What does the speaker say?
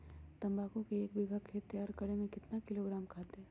तम्बाकू के एक बीघा खेत तैयार करें मे कितना किलोग्राम खाद दे?